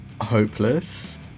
hopeless